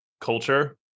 culture